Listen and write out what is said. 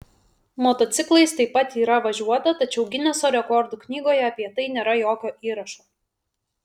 motociklais taip pat yra važiuota tačiau gineso rekordų knygoje apie tai nėra jokio įrašo